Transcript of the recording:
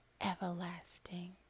everlasting